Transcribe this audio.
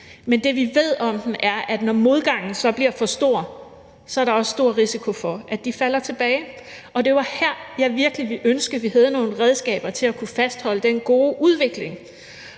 men det, vi ved om dem, er, at når modgangen bliver for stor, så er der også stor risiko for, at de falder tilbage, og det var her, jeg virkelig ville ønske, at vi havde nogle redskaber til at kunne fastholde den gode udvikling